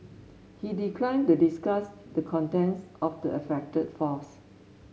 he declined to discuss the contents of the affected files